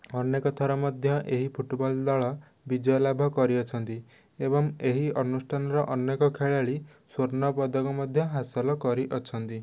ଅନେକଥର ମଧ୍ୟ ଏହି ଫୁଟୁବଲ୍ ଦଳ ବିଜୟ ଲାଭ କରିଅଛନ୍ତି ଏବଂ ଏହି ଅନୁଷ୍ଠାନର ଅନେକ ଖେଳାଳୀ ସ୍ଵର୍ଣ୍ଣପଦକ ମଧ୍ୟ ହାସଲ କରିଅଛନ୍ତି